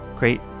great